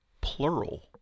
plural